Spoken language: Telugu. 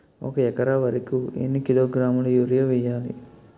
ఒక ఎకర వరి కు ఎన్ని కిలోగ్రాముల యూరియా వెయ్యాలి?